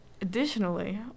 additionally